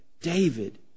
David